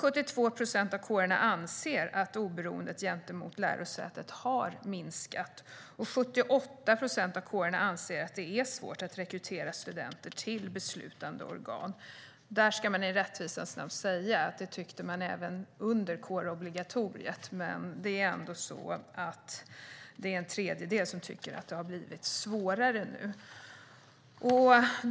72 procent av kårerna anser att oberoendet gentemot lärosätet har minskat, och 78 procent av kårerna anser att det är svårt att rekrytera studenter till beslutande organ. Där ska man i rättvisans namn säga att de tyckte det även under kårobligatoriets tid. Men det är ändå en tredjedel som tycker att det har blivit svårare nu.